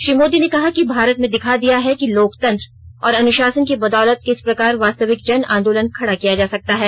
श्री मोदी ने कहा कि भारत ने दिखा दिया है कि लोकतंत्र और अनुशासन की बदौलत किस प्रकार वास्तविक जन आंदोलन खड़ा किया जा सकता है